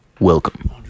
Welcome